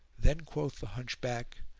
then quoth the hunchback,